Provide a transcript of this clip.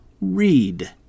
read